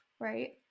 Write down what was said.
right